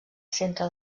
centre